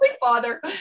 father